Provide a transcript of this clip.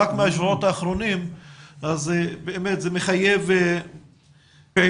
רק מהשבועות האחרונות אז באמת זה מחייב פעילות